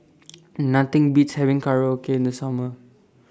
Nothing Beats having Korokke in The Summer